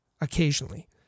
occasionally